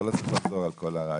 אתה לא צריך לחזור על כל הרעיון,